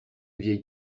vieilles